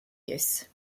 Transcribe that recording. use